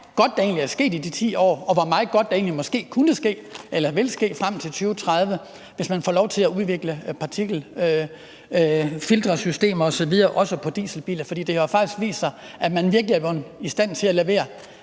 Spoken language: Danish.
godt der egentlig er sket i de 10 år, og hvor meget godt der egentlig måske kunne ske eller vil ske frem til 2030, hvis man får lov til at udvikle partikelfiltersystemer osv. også på dieselbiler. For det har jo faktisk vist sig, at man virkelig er blevet i stand til at levere